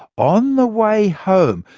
on the way home,